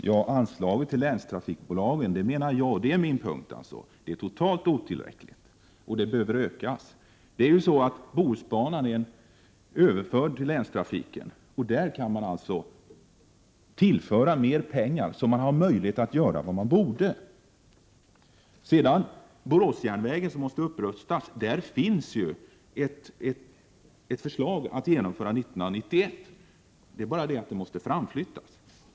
Fru talman! Jag menar att anslaget till länstrafikbolagen är helt otillräckligt och behöver ökas. Bohusbanan är överförd till länstrafiken och man kan tillföra mer pengar till denna så att man där har möjlighet att göra det man borde. När det sedan gäller Boråsjärnvägen som måste upprustas så finns ju ett förslag att genomföra upprustningen till år 1991. Det är bara det att genomförandet måste framflyttas.